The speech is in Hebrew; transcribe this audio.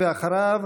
אחריו,